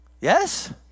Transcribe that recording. Yes